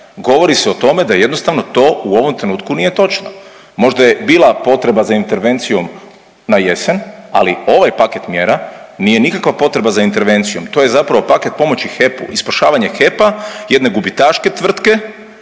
govori se o tome da jednostavno to u ovom trenutku nije točno. Možda je bila potreba za intervencijom na jesen, ali ovaj paket mjera nije nikakva potreba za intervencijom. To je zapravo paket pomoći HEP-u i spašavanja HEP-a, jedne gubitaške tvrtke